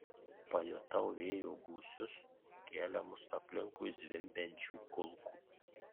pajutau vėjo gūsius keliamus aplinkui zvimbiančių kulkų